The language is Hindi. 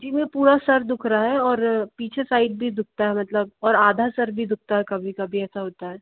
जी वो पूरा सिर दुख रहा है और पीछे साइड भी दुखता है मतलब और आधा सिर भी दुखता है कभी कभी ऐसा होता है